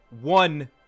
one